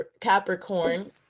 Capricorn